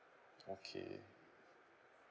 okay